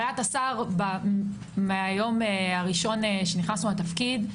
מהיום הראשון שנכנסנו לתפקיד,